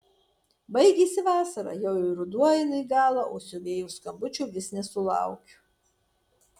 baigėsi vasara jau ir ruduo eina į galą o siuvėjos skambučio vis nesulaukiu